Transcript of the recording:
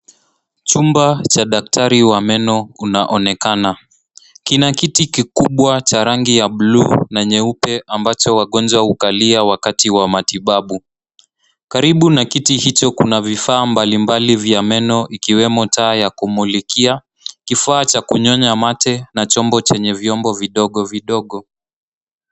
Chumba cha daktari wa meno kunaonekana. Kina kiti kikubwa cha rangi ya bluu na nyeupe ambacho wagonjwa hukalia wakati wa matibabu. Karibu na kiti hicho kuna vifaa mbalimbali vya meno ikiwemo taa ya kumulikia, kifaa cha kunyonya mate na chombo chenye vyombo vidogo vidogo.